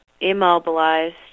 immobilized